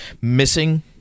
missing